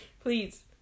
Please